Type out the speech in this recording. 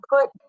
put